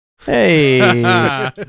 Hey